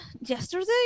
yesterday